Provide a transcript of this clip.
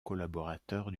collaborateurs